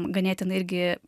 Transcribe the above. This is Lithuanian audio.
ganėtinai irgi